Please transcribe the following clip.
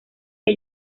que